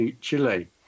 Chile